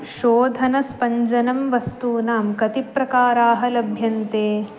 शोधनस्पञ्जनं वस्तूनां कति प्रकाराः लभ्यन्ते